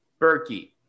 Berkey